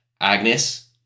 Agnes